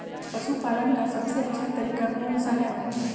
पशु पालन का सबसे अच्छा तरीका कौन सा हैँ?